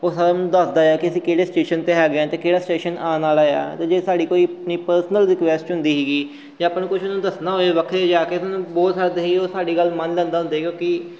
ਉਹ ਸਾਰਾ ਮੈਨੂੰ ਦੱਸਦਾ ਆ ਕਿ ਅਸੀਂ ਕਿਹੜੇ ਸਟੇਸ਼ਨ 'ਤੇ ਹੈਗੇ ਹੈ ਅਤੇ ਕਿਹੜਾ ਸਟੇਸ਼ਨ ਆਉਣ ਵਾਲਾ ਆ ਅਤੇ ਜੇ ਸਾਡੀ ਕੋਈ ਆਪਣੀ ਪਰਸਨਲ ਰਿਕੁਐਸਟ ਹੁੰਦੀ ਸੀਗੀ ਅਤੇ ਆਪਾਂ ਨੂੰ ਕੁਛ ਉਹਨਾਂ ਨੂੰ ਦੱਸਣਾ ਹੋਵੇ ਵੱਖਰੇ ਜਾ ਕੇ ਤਾਂ ਉਹਨਾਂ ਨੂੰ ਬੋਲ ਸਕਦੇ ਸੀ ਉਹ ਸਾਡੀ ਗੱਲ ਮੰਨ ਲੈਂਦਾ ਹੁੰਦੇ ਸੀਗਾ ਕਿਉਂਕਿ